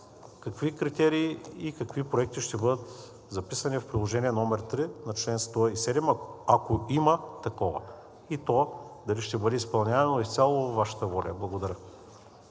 какви критерии и какви проекти ще бъдат записани в приложение № 3 на чл. 107, ако има такова, и то дали ще бъде изпълнявано е изцяло във Вашата воля. Благодаря.